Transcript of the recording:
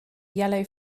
yellow